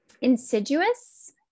insidious